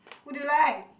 who do you like